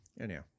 Anyhow